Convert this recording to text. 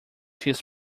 his